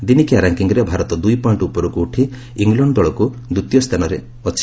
ଦିନିକିଆ ର୍ୟାଙ୍କିଙ୍ଗ୍ରେ ଭାରତ ଦୁଇ ପଏଣ୍ଟ ଉପରକୁ ଉଠି ଇଂଲଣ୍ଡ ଦଳକୁ ଦ୍ୱିତୀୟ ସ୍ଥାନରେ ଅଛି